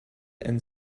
and